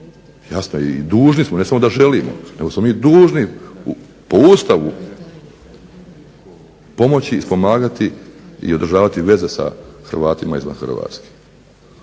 Jasno i dužni smo, ne samo da želimo nego smo mi dužni po Ustavu pomoći i pomagati i održavati veze sa Hrvatima izvan Hrvatske.